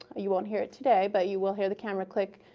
you won't hear it today, but you will hear the camera click.